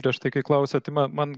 prieš tai kai klausiau tai ma man